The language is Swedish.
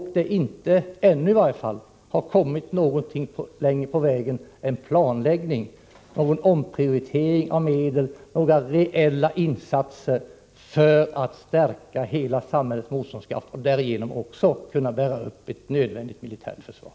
Man har i varje fall ännu inte kommit längre på vägen än till planläggning av en omprioritering av medel. Vad jag efterlyser är reella insatser för att stärka hela samhällets motståndskraft, så att vi därigenom också kan bära upp ett nödvändigt militärt förslag.